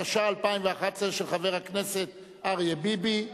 התשע"א 2011, של חבר הכנסת אריה ביבי,